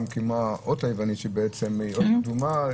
כמו האות היוונית שהיא בעצם אות קדומה.